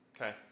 Okay